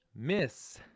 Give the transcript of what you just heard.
Miss